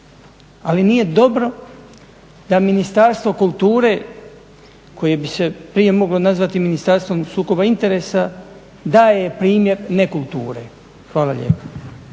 Ali nije dobro da Ministarstvo kulture koje bi se prije moglo nazvati Ministarstvom sukoba interesa daje primjer nekulture. Hvala lijepa.